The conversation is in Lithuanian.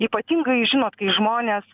ypatingai žinot kai žmonės